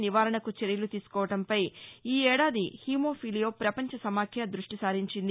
నివారణకు చర్యలు తీసుకోవడంపై ఈ ఏడాది హిమోఫీలియో ప్రపంచ సమాఖ్య దృష్ణి సారించింది